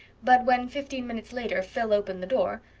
but when, fifteen minutes later, phil opened the door,